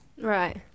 Right